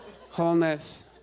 wholeness